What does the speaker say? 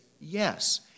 Yes